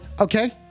Okay